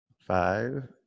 five